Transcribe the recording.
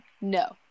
no